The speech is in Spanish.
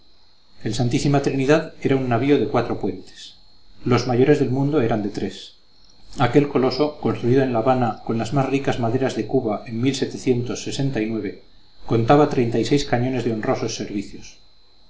el santísima trinidad era un navío de cuatro puentes los mayores del mundo eran de tres aquel coloso construido en la habana con las más ricas maderas de cuba en contaba treinta y seis años de honrosos servicios